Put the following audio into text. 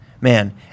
man